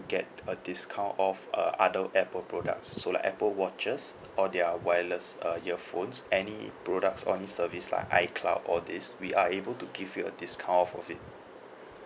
get a discount off uh other apple products so like apple watches or their wireless uh earphones any products or any service lah like icloud all these we are able to give you a discount off of it